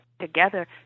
together